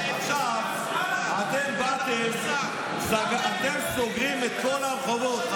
עכשיו, אתם סוגרים את כל הרחובות.